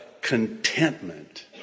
contentment